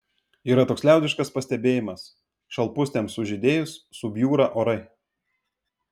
yra toks liaudiškas pastebėjimas šalpusniams sužydėjus subjūra orai